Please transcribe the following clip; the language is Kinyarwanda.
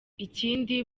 ikindi